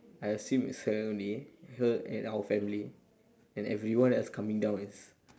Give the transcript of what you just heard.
I assume it's seven only her and our family and everyone else coming down is